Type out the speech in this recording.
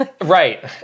right